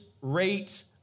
rate